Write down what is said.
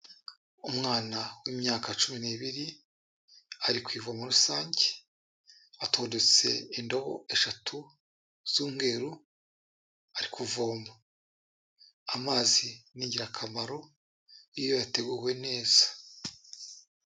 Umwana w'imyaka cumi n'ibiri, ari ku ivomo rusange, atondetse indobo eshatu z'umweru, ari kuvoma, amazi ni ingirakamaro iyo yateguwe neza.